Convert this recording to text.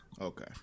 okay